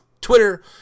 Twitter